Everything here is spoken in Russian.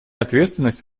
ответственность